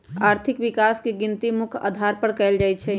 आर्थिक विकास के गिनती मुख्य अधार पर कएल जाइ छइ